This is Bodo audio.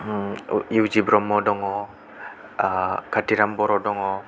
इउ जि ब्रम्ह दङ काथिराम बर' दङ